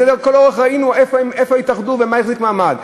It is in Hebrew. ראינו איפה התאחדו ומה החזיק מעמד.